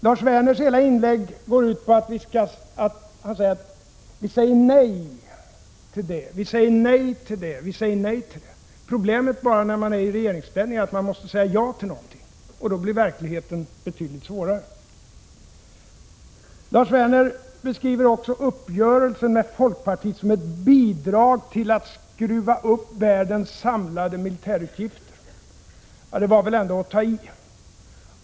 Lars Werners hela inlägg går ut på att säga nej till det ena och det andra. Problemet för den som är i regeringsställning är bara det att man måste säga ja till någonting, och då blir verkligheten betydligt svårare. Lars Werner beskriver också uppgörelsen med folkpartiet som att man bidrar till att skruva upp världens samlade militärutgifter. Detta var väl ändå att tai.